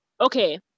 okay